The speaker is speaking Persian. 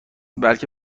بلکه